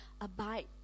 abide